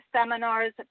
seminars